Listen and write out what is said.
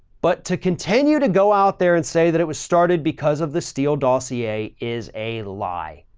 but to continue to go out there and say that it was started because of the steele dossier is a lie.